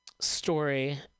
story